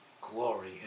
glory